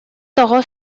тоҕо